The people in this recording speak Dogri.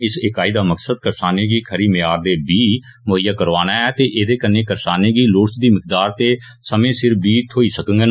इस इकाई दा मकसद करसाने गी खरी म्यार दे बीऽ मुहैय्या करौआना ऐ ते एहदे नै करसाने गी लोड़चदी मिकदार ते समें सिर बीऽ थ्होई सकगन